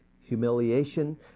humiliation